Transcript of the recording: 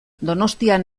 donostian